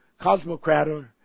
Cosmocrator